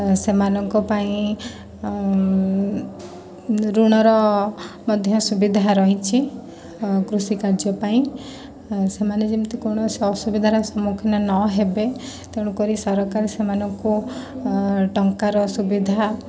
ସେମାନଙ୍କ ପାଇଁ ଋଣର ମଧ୍ୟ ସୁବିଧା ରହିଛି କୃଷି କାର୍ଯ୍ୟ ପାଇଁ ସେମାନେ ଯେମିତି କୌଣସି ଅସୁବିଧାର ସମ୍ମୁଖୀନ ନ ହେବେ ତେଣୁ କରି ସରକାର ସେମାନଙ୍କୁ ଟଙ୍କାର ସୁବିଧା